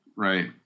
Right